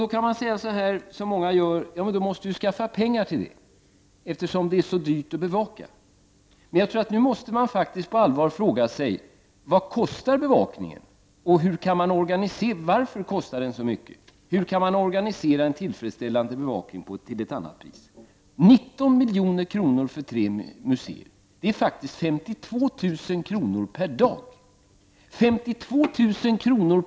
Då kan man säga som många gör: Ja, men då måste man ju skaffa pengar till detta, eftersom det är så dyrt att bevaka. Men nu tror jag faktiskt att man på allvar måste fråga: Vad kostar bevakning, och varför kostar den så mycket? Hur kan man organisera en tillfredsställande bevakning till ett annat pris? 19 milj.kr. kostar alltså bevakningen för tre museer. Det innebär faktiskt 52000 kr. per dag. 52000 kr.